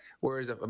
Whereas